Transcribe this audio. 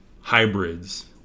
hybrids